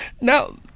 Now